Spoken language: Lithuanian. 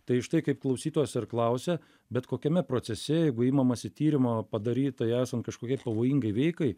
tai štai kaip klausytojas ir klausia bet kokiame procese jeigu imamasi tyrimo padarytai esan kažkokiai pavojingai veikai